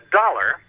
dollar